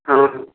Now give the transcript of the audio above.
हँ हॅं